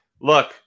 Look